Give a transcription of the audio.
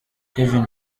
kevin